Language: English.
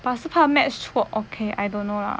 but 我是怕 match 错 okay I don't know lah